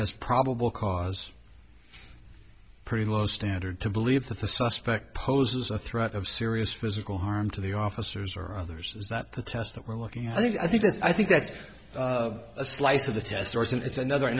has probable cause pretty low standard to believe that the suspect poses a threat of serious physical harm to the officers or others is that the test that we're looking at i think that's i think that's a slice of the testers and it's another